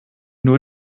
nur